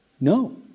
No